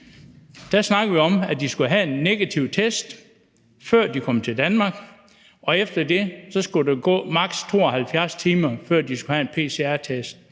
snakkede vi om, at de skulle have en negativ test, før de kom til Danmark, og at der efter det skulle gå maks. 72 timer, før de skulle have en pcr-test.